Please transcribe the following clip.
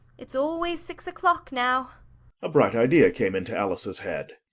it's always six o'clock now a bright idea came into alice's head.